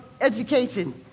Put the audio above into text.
education